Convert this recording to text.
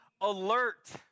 alert